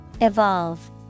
Evolve